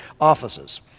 offices